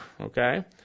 okay